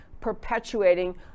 perpetuating